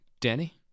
Danny